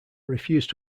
refused